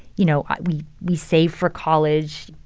you know, we we save for college.